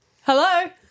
Hello